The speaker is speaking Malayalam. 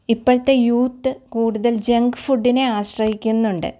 ഇപ്പോഴത്തെ യൂത്ത് കൂടുതൽ ജങ്ക് ഫുഡ്ഡിനെ ആശ്രയിക്കുന്നുണ്ട്